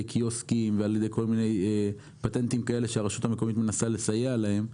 קיוסקים וכל מיני פטנטים כאלה שהרשות המקומית מנסה לסייע להם,